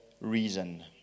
Reason